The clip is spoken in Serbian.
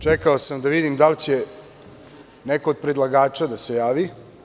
Čekao sam da vidim da li će neko od predlagača da se javi.